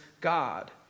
God